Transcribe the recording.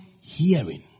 hearing